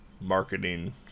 marketing